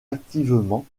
activement